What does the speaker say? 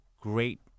great